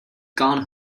gone